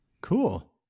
Cool